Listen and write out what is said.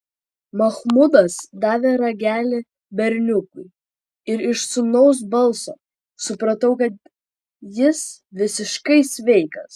machmudas davė ragelį berniukui ir iš sūnaus balso supratau kad jis visiškai sveikas